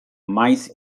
maiz